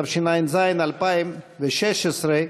התשע"ז 2016,